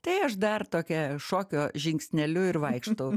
tai aš dar tokią šokio žingsneliu ir vaikštau